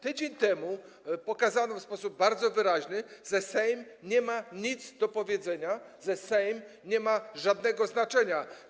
Tydzień temu pokazano w sposób bardzo wyraźny, że Sejm nie ma nic do powiedzenia, że Sejm nie ma żadnego znaczenia.